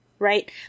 Right